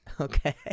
Okay